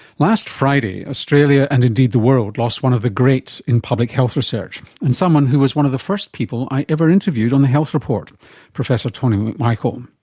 last friday, australia and indeed the world lost one of the greats in public health research and someone who was one of the first people i ever interviewed on the health report professor tony mcmichael.